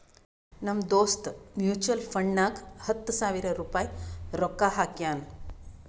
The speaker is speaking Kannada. ನಮ್ ದೋಸ್ತ್ ಮ್ಯುಚುವಲ್ ಫಂಡ್ನಾಗ್ ಹತ್ತ ಸಾವಿರ ರುಪಾಯಿ ರೊಕ್ಕಾ ಹಾಕ್ಯಾನ್